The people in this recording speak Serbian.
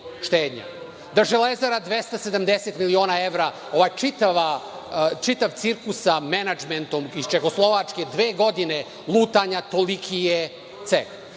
Da Železara 270 miliona evra, ovaj čitav cirkus sa menadžmentom iz Čehoslovačke, dve godina lutanja, toliki je